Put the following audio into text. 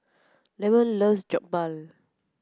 Leamon loves Jokbal